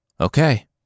Okay